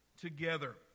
together